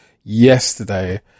yesterday